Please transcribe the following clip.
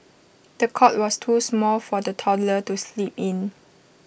the cot was too small for the toddler to sleep in